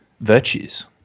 virtues